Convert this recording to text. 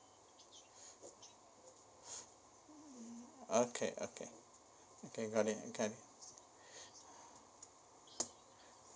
okay okay okay got it can